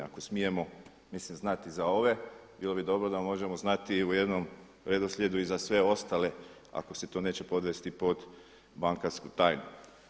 Ako smijemo mislim znati za ove, bilo bi dobro da možemo znati i u jednom redoslijedu i za sve ostale ako se to neće podvesti pod bankarsku tajnu.